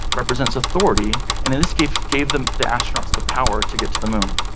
represents authority, and this gave gave them, the astronauts, the power to get to the moon.